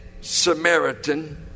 Samaritan